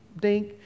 dink